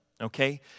okay